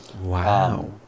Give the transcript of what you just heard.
wow